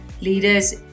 leaders